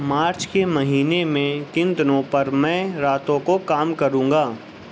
مارچ کے مہینے میں کن دنوں پر میں راتوں کو کام کروں گا